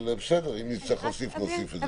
אם נצטרך להוסיף, נוסיף את זה.